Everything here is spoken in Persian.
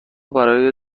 برای